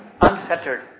unfettered